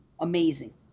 amazing